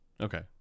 okay